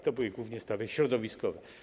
To były głównie sprawy środowiskowe.